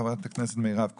חברת הכנסת מירב כהן.